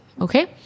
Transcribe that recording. okay